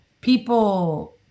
People